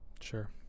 Sure